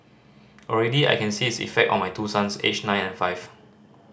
already I can see its effect on my two sons aged nine and five